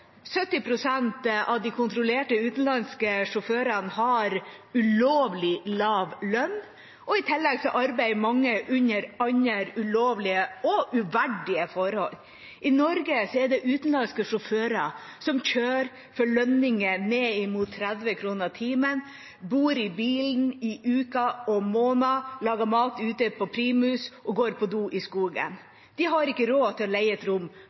av de kontrollerte utenlandske sjåførene har ulovlig lav lønn, og i tillegg arbeider mange under andre ulovlige og uverdige forhold. I Norge er det utenlandske sjåfører som kjører med lønninger ned mot 30 kr timen, bor i bilen i uker og måneder, lager mat ute på primus og går på do i skogen. De har ikke råd til å leie et rom